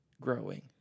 growing